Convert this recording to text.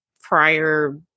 prior